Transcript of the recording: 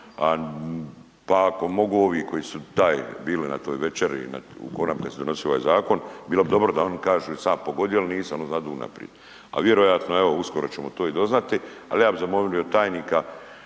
pa ako mogu ovi koji su taj bili na toj večeri il u konabi kad su donosili ovaj zakon, bilo bi dobro da oni kažu jesam li ja pogodio ili nisam, oni znadu unaprid, a vjerojatno evo uskoro ćemo to i doznati, al ja bi zamolio tajnika